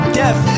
death